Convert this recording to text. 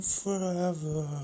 forever